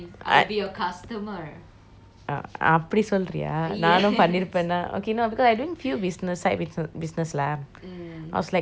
அப்படி சொல்றியா நானும் பண்ணிருப்பேன்னா:appadi solriya naanum pannirupenna okay no because I doing few business side business lah I was like selling cookies